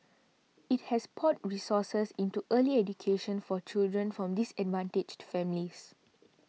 it has poured resources into early education for children from disadvantaged families